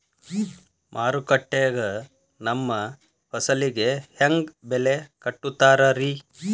ಮಾರುಕಟ್ಟೆ ಗ ನಮ್ಮ ಫಸಲಿಗೆ ಹೆಂಗ್ ಬೆಲೆ ಕಟ್ಟುತ್ತಾರ ರಿ?